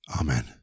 Amen